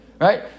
Right